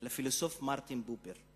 של הפילוסוף מרטין בובר.